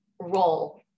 role